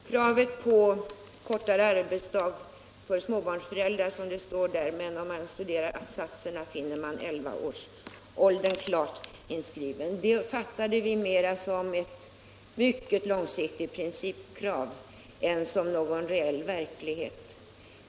Herr talman! Om man läser vad vi skriver om kravet på kortare arbetsdag för småbarnsföräldrar och studerar även att-satserna finner man att elvaårsåldern är klart angiven. Det fattade vi emellertid mera som ett mycket långsiktigt principkrav än som någon reell verklighet.